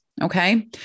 Okay